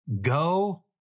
go